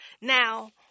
Now